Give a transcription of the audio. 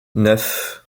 neuf